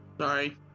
Sorry